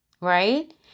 right